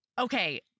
Okay